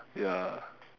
ya